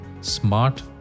smart